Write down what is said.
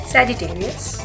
Sagittarius